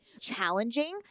challenging